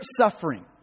suffering